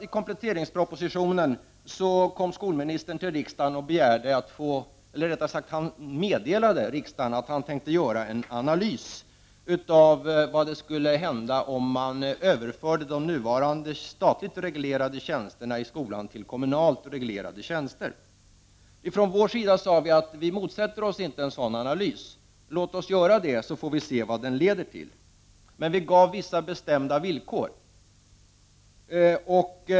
I kompletteringspropositionen, som lades fram i våras, meddelade skolministern riksdagen att han tänkte göra en analys av vad som skulle hända om de nuvarande statligt reglerade tjänsterna i skolan överfördes till kommunalt reglerade tjänster. Vi från centern sade att vi inte motsätter oss en sådan analys. Vi sade att en sådan analys kunde göras för att man skulle se vad en sådan leder till. Men vi ställde vissa bestämda villkor.